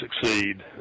succeed